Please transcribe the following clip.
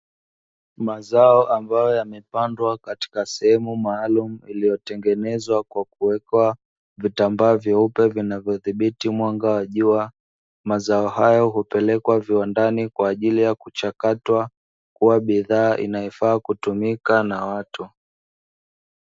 Mazao ambayo yamepandwa katika sehemu maalumu iliyotengenezwa kwa kuwekwa vitambaa vyeupe vinavyo dhibiti mwanga wa jua, mazao hayo hupelekwa viwandani kwa ajili ya kuchakatwa kuwa bidhaa inayo faa kutumika na watu.